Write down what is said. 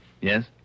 Yes